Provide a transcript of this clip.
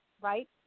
right